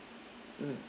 mm